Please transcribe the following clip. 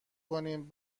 کنیم